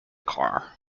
car